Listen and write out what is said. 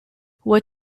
what